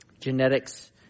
Genetics